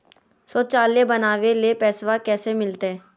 शौचालय बनावे ले पैसबा कैसे मिलते?